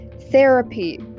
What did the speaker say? Therapy